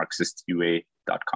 MarxistUA.com